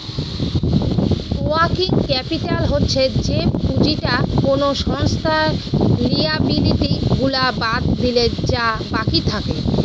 working capital হচ্ছে যে পুঁজিটা কোনো সংস্থার লিয়াবিলিটি গুলা বাদ দিলে যা বাকি থাকে